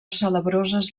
salabroses